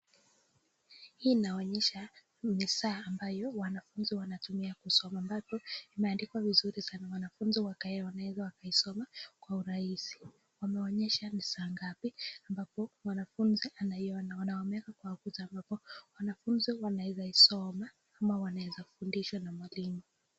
Hii inaonyesha ni saa ambayo wanafuzi wanatumia kusoma hapo, imeandikwa vizuri sana wanafuzi wakawa wanaweza kuisoma kwa urahisi, umeonyesha ni saa ngapi ambayo mwanafunzi anaiona wameweka kwa ukuta. Kwa sababu wanafuzi wanaweza isoma ama kufundishwa na mwalimu